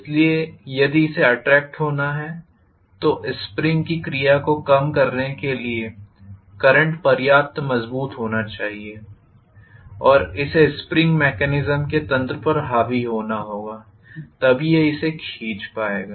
इसलिए यदि इसे अट्रेक्ट होना है तो स्प्रिंग की क्रिया को कम करने के लिए करंट पर्याप्त मजबूत होना चाहिए और इसे स्प्रिंग मेकेनीस्म के तंत्र पर हावी होना होगा तभी यह इसे खींच पाएगा